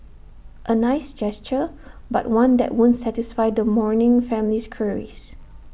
A nice gesture but one that won't satisfy the mourning family's queries